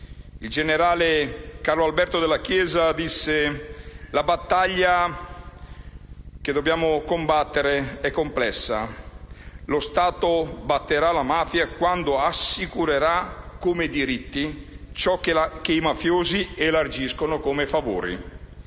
Il generale Carlo Alberto Dalla Chiesa disse che la battaglia che dobbiamo combattere è complessa. «Lo Stato batterà la mafia quando assicurerà come diritti ciò che i mafiosi elargiscono come favori».